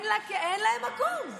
לממן את הבית של ראש הממשלה,